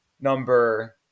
number